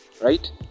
right